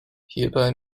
hierbei